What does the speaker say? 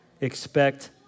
expect